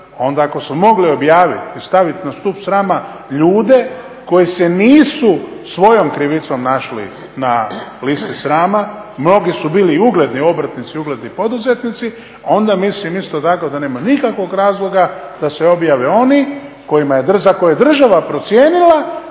onda ako su mogli objaviti i staviti na stup srama ljude koji se nisu svojom krivicom našli na listi srama, mnogi su bili i ugledni obrtnici, ugledni poduzetnici onda mislim isto tako da nema nikakvog razloga da se objave oni kojima je država procijenila